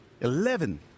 Eleven